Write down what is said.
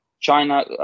China